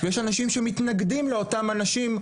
ויש אנשים שמתנגדים לאותם אנשים,